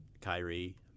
Kyrie